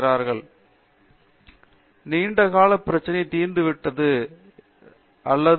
பேராசிரியர் பிரதாப் ஹரிடாஸ் நல்லது நீண்டகால பிரச்சனை தீர்ந்து விட்டது அல்லது நீண்டகால செயல்முறையை உருவாக்கியது